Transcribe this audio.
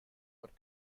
what